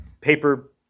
paper